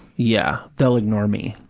yeah, they'll ignore me.